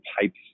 pipes